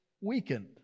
weakened